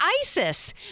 ISIS